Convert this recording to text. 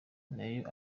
nayo